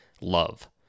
Love